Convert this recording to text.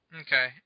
Okay